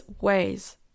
ways